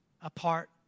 apart